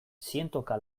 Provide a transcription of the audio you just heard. zientoka